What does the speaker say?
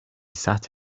sat